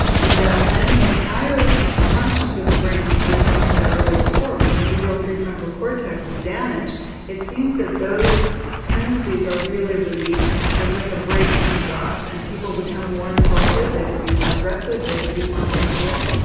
and that when the higher functions of the brain, like what we were talking about earlier before when the medial prefrontal cortex is damaged it seems that those tendencies are really released, it's as if a brake comes off and people become more impulsive, they could be more aggressive, they could be more sexual.